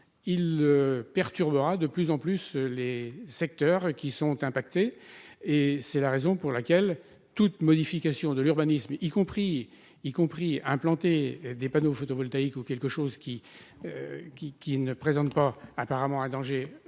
il perturbera de plus en plus les secteurs qui sont impactés et c'est la raison pour laquelle toute modification de l'urbanisme, y compris, y compris implanter des panneaux photovoltaïques ou quelque chose qui, qui qui ne présentent pas apparemment un danger